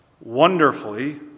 Wonderfully